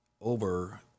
over